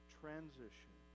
transition